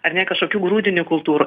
ar ne kažkokių grūdinių kultūrų